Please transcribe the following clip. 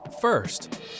First